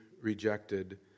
rejected